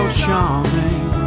charming